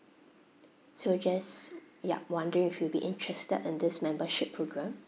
so just yup wondering if you'll be interested in this membership programme